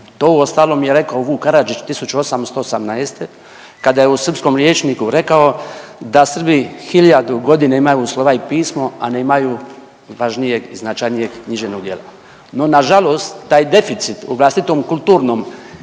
To ostalom je rekao Vuk Karadžić 1818. kada je u srpskom rječniku rekao da Srbi hiljadu godine imaju slova i pismo, a nemaju važnijeg značajnijeg književnog djela. No, nažalost taj deficit u vlastitom kulturnom i